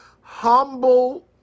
humble